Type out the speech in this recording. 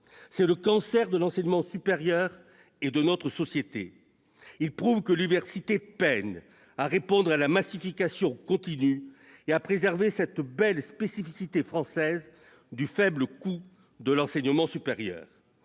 C'est le cancer de l'enseignement supérieur et de notre société ; il prouve que l'université peine à répondre à la massification continue et à préserver cette belle spécificité française du faible coût de l'enseignement supérieur.